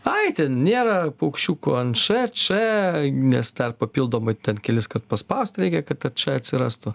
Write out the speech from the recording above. ai ten nėra paukščiukų ant š č nes dar papildomai ten keliskart paspaust reikia kad ta č atsirastų